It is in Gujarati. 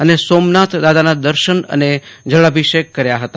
અને સોમનાથ દાદાના દર્શન અને જળાભિષેક કર્યો હતો